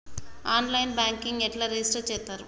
On line banking ఎట్లా register చేత్తరు?